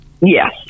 Yes